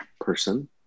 person